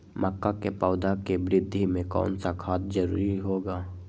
मक्का के पौधा के वृद्धि में कौन सा खाद जरूरी होगा?